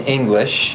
English